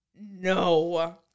No